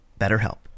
BetterHelp